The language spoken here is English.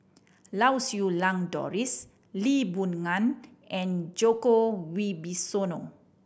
Lau Siew Lang Doris Lee Boon Ngan and Djoko Wibisono